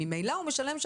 ממילא הוא משלם,